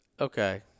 Okay